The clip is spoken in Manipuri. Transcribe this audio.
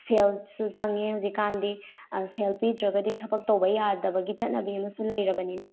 ꯁꯦꯜꯁꯨ ꯆꯪꯉꯦ ꯍꯧꯖꯤꯛꯀꯥꯟꯗꯤ ꯁꯦꯜ ꯄꯤꯗ꯭ꯔꯒꯗꯤ ꯊꯕꯛ ꯇꯧꯕ ꯌꯥꯗꯕꯒꯤ ꯆꯠꯅꯕꯤ ꯑꯃꯁꯨ ꯂꯩꯔꯕꯅꯤꯅ